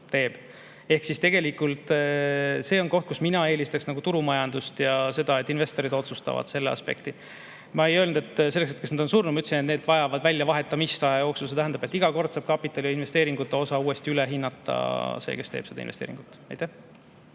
teeb. Ehk see on koht, kus mina eelistaksin turumajandust ja seda, et investorid otsustavad selle aspekti. Ma ei öelnud, et selleks ajaks need on surnud, ma ütlesin, et need vajavad väljavahetamist aja jooksul. See tähendab, et iga kord saab kapitaliinvesteeringute osa uuesti üle hinnata see, kes teeb seda investeeringut. Aitäh